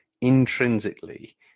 intrinsically